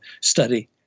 study